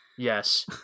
Yes